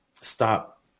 stop